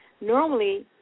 Normally